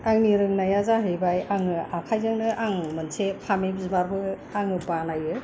आंनि रोंनाया जाहैबाय आंनि आखायजोंनो आं मोनसे फामे बिबार बानायो